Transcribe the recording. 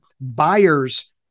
buyers